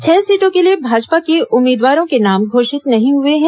छह सीटों के लिए भाजपा के उम्मीदवारों के नाम घोषित नहीं हुए हैं